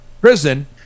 prison